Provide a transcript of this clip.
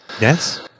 Yes